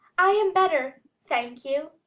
i am better, thank you,